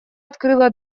открыла